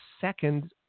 second